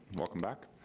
welcome back.